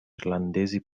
irlandesi